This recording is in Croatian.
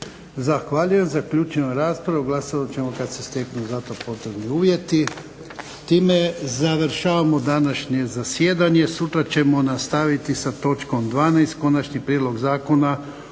Zahvaljujem. Zaključujem raspravu. Glasovat ćemo kad se steknu za to potrebni uvjeti. Time završavamo današnje zasjedanje. Sutra ćemo nastaviti sa točkom 12. Konačni prijedlog zakona